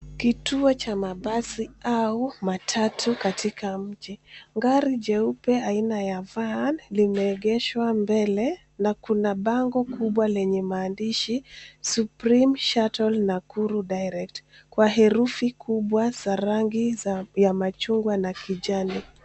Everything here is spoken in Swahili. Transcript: Kituo cha mabasi au matatu katika mji. Gari jeupe aina ya van limeegeshwa mbele, na kuna bango kubwa lenye maandishi "SUPREME SHUTTLE NAKURU DIRECT" kwa herufi kubwa za rangi ya machungwa na kijani.